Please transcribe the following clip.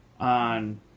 on